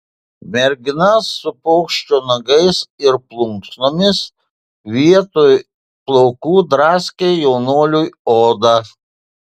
mergina su paukščio nagais ir plunksnomis vietoj plaukų draskė jaunuoliui odą